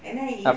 N_I_E